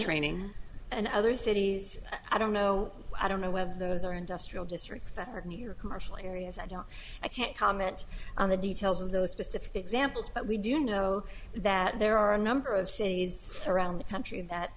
training and other cities i don't know i don't know whether those are industrial districts that hurt near commercial areas i don't i can't comment on the details of those specific examples but we do know that there are a number of cities around the country that